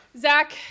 Zach